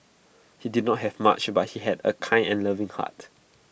he did not have much but he had A kind and loving heart